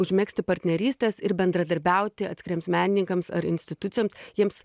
užmegzti partnerystės ir bendradarbiauti atskiriems menininkams ar institucijoms jiems